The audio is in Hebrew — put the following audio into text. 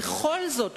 בכל זאת,